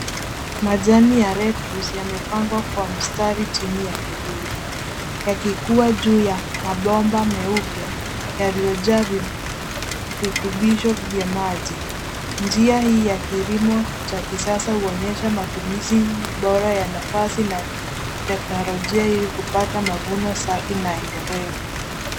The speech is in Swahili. Majani ya Lettuce yamepangwa kwa mstari chini ya kivuli yakikua juu ya mabomba meupe yaliyojaa virutubisho vya maji. Njia hii ya kilimo ya kisasa huonyesha matumizi bora ya nafasi na teknolojia ili kupata mavuni safi na endelevu.